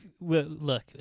Look